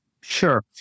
Sure